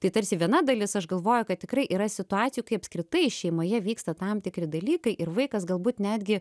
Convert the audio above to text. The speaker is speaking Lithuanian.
tai tarsi viena dalis aš galvoju kad tikrai yra situacijų kai apskritai šeimoje vyksta tam tikri dalykai ir vaikas galbūt netgi